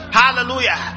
hallelujah